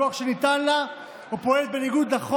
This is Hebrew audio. בכוח שניתן לה או פועלת בניגוד לדין,